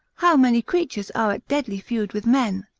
how many creatures are at deadly feud with men?